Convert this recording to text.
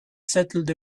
settled